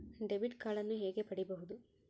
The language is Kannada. ಡೆಬಿಟ್ ಕಾರ್ಡನ್ನು ಹೇಗೆ ಪಡಿಬೋದು?